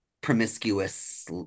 promiscuous